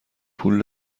پول